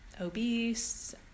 obese